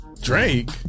Drake